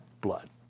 blood